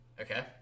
Okay